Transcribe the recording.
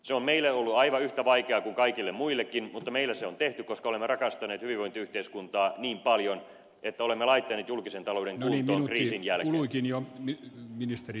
se on meille ollut aivan yhtä vaikeaa kuin kaikille muillekin mutta meillä se on tehty koska olemme rakastaneet hyvinvointiyhteiskuntaa niin paljon että olemme laittaneet julkisen talouden kuntoon kriisin jälkeen